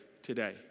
today